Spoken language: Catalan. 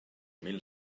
mil